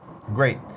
Great